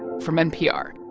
from npr.